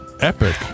epic